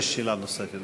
יש שאלה נוספת.